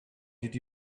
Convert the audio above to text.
did